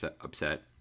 upset